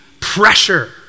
Pressure